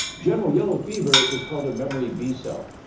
general yellow fever is called a memory b cell.